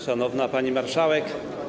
Szanowna Pani Marszałek!